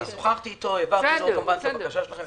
אני שוחחתי איתו והעברתי לו את הבקשה שלכם.